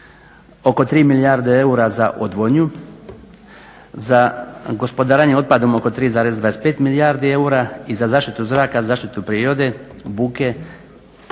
oko 3 milijarde eura za odvodnju, za gospodarenje otpadom oko 3,25 milijardi eura i za zaštitu zraka i zaštitu prirode, buke oko